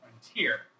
frontier